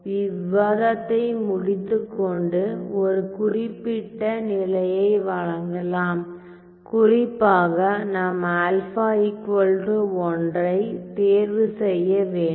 இவ்விவாதத்தை முடித்து கொண்டு ஒரு குறிப்பிட்ட நிலையை வழங்கலாம் குறிப்பாக நாம் α 1 ஐ தேர்வு செய்ய வேண்டும்